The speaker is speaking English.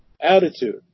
Attitude